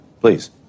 please